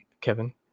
Kevin